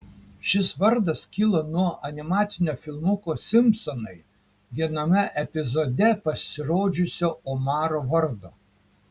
šis vardas kilo nuo animacinio filmuko simpsonai viename epizode pasirodžiusio omaro vardo